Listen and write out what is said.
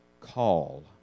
call